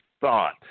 thought